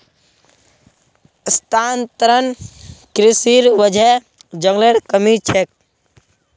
स्थानांतरण कृशिर वजह जंगलेर कमी ह छेक